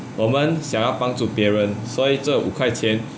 我们想要帮助别人所以这五块钱